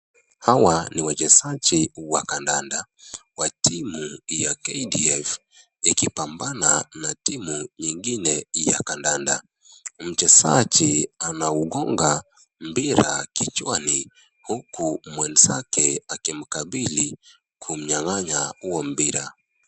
Hawa ni wachezaji wa kandanda wa timu ya KDF ikipambana na timu nyingine ya kandanda. Mchezaji anaugonga mpira kichwani huku mwenzake akimkabili kumnyang'anya huo mpira.